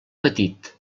petit